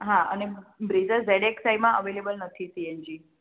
હાં અને Brezza Z X આઈમાં અવેલેબલ નથી સી એન જી